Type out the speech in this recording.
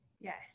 yes